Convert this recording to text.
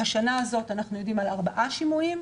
השנה הזאת אנחנו יודעים על ארבעה שימועים,